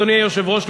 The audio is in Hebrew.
אדוני היושב-ראש,